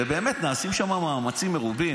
ובאמת, נעשים שם מאמצים מרובים.